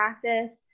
practice